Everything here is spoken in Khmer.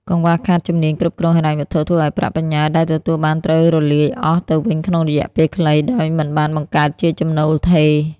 កង្វះខាតជំនាញគ្រប់គ្រងហិរញ្ញវត្ថុ ធ្វើឱ្យប្រាក់បញ្ញើដែលទទួលបានត្រូវរលាយអស់ទៅវិញក្នុងរយៈពេលខ្លី ដោយមិនបានបង្កើតជាចំណូលថេរ។